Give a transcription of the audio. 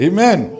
Amen